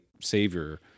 savior